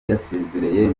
yasezereye